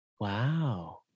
Wow